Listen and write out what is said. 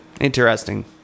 Interesting